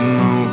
no